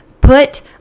put